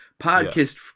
podcast